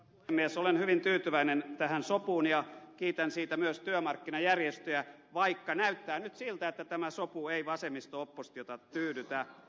olen hyvin tyytyväinen tähän sopuun ja kiitän siitä myös työmarkkinajärjestöjä vaikka näyttää nyt siltä että tämä sopu ei vasemmisto oppositiota tyydytä